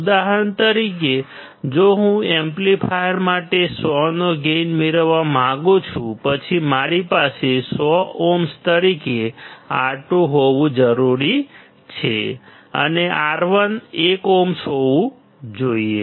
ઉદાહરણ તરીકે જો હું એમ્પ્લીફાયર માટે 100 નો ગેઇન મેળવવા માંગુ છું પછી મારી પાસે 100 ઓહ્મ તરીકે R2 હોવું જરૂરી છે અને R1 1 ઓહ્મ હોવું જોઈએ